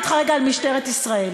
עשרות חוקרים בארצות-הברית אספו עדויות,